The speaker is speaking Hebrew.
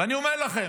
ואני אומר לכם,